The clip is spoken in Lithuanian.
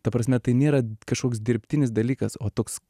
ta prasme tai nėra kažkoks dirbtinis dalykas o toks